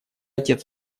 отец